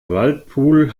waldpool